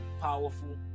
powerful